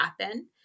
happen